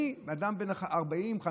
אני, אדם בן 40, 50,